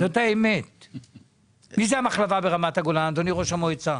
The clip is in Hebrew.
מי זה מהמחלבה ברמת הגולן, אדוני ראש העיר?